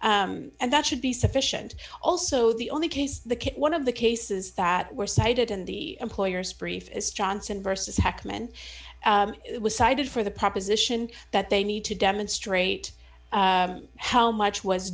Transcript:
and that should be sufficient also the only case the kit one of the cases that were cited in the employer's brief is johnson versus heckman it was cited for the proposition that they need to demonstrate how much was